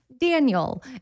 Daniel